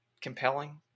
compelling